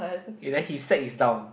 and then he sack his down